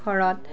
ঘৰত